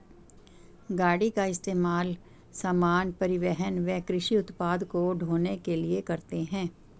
गाड़ी का इस्तेमाल सामान, परिवहन व कृषि उत्पाद को ढ़ोने के लिए करते है